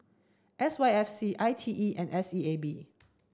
S Y F C I T E and S E A B